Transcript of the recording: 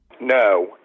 No